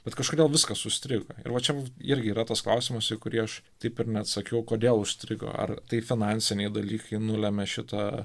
bet kažkodėl viskas užstrigo ir va čia irgi yra tas klausimas į kurį aš taip ir neatsakiau kodėl užstrigo ar tai finansiniai dalykai nulemia šitą